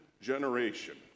generation